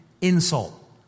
insult